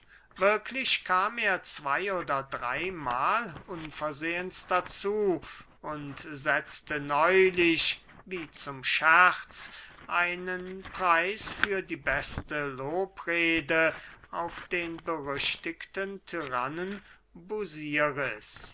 wirklich kam er zwey oder dreymahl unversehens dazu und setzte neulich wie zum scherz einen preis für die beste lobrede auf den berüchtigten tyrannen